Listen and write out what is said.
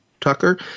Tucker